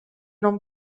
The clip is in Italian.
non